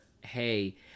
hey